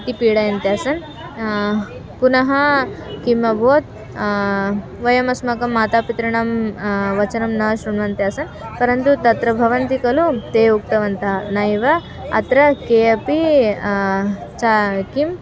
इति पीडयन्त्यासन् पुनः किम् अभवत् वयमस्माकं मातापितृणां वचनं न शृण्वन्त्यास्म परन्तु तत्र भवन्ति खलु ते उक्तवन्तः नैव अत्र के अपि च किं